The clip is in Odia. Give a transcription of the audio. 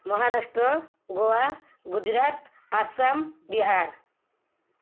ମହାରାଷ୍ଟ୍ର ଗୋଆ ଗୁଜୁରାଟ ଆସାମ ବିହାର